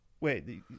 Wait